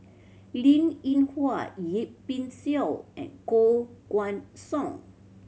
Linn In Hua Yip Pin Xiu and Koh Guan Song